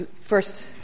first